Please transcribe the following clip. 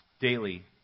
daily